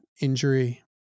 injury